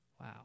Wow